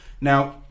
Now